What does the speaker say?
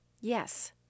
yes